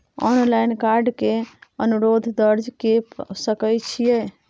Online card के अनुरोध दर्ज के सकै छियै?